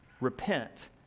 Repent